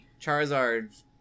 Charizard